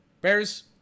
Bears